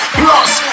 plus